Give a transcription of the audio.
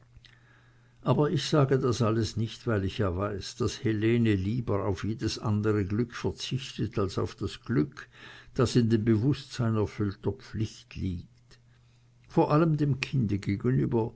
aber ich sage das alles nicht weil ich ja weiß daß helene lieber auf jedes andere glück verzichtet als auf das glück das in dem bewußtsein erfüllter pflicht liegt vor allem dem kinde gegenüber